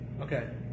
Okay